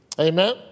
Amen